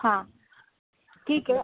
हां ठीक आहे